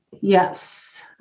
yes